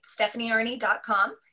stephaniearney.com